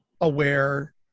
aware